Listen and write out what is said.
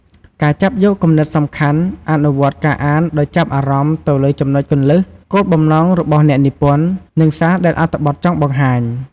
ការចាប់យកគំនិតសំខាន់ អនុវត្តការអានដោយចាប់អារម្មណ៍ទៅលើចំណុចគន្លឹះ គោលបំណងរបស់អ្នកនិពន្ធ និងសារដែលអត្ថបទចង់បង្ហាញ។